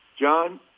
John